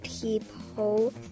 people